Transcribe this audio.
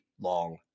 long